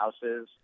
houses